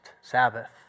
Sabbath